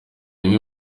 imwe